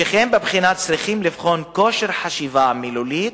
שכן בבחינה צריכים לבחון כושר חשיבה מילולית